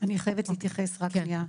אני חייבת להתייחס רק שנייה.